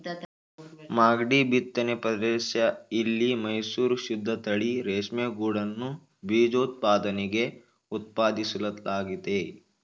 ಮಾಗ್ಡಿ ಬಿತ್ತನೆ ಪ್ರದೇಶ ಇಲ್ಲಿ ಮೈಸೂರು ಶುದ್ದತಳಿ ರೇಷ್ಮೆಗೂಡನ್ನು ಬೀಜೋತ್ಪಾದನೆಗೆ ಉತ್ಪಾದಿಸಲಾಗ್ತಿದೆ